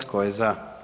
Tko je za?